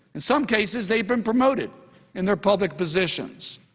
in some cases, they've been promoted in their public positions.